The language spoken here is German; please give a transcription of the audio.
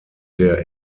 der